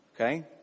Okay